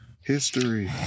History